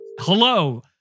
Hello